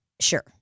Sure